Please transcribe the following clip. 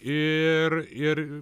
ir ir